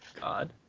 God